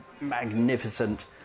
magnificent